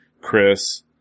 Chris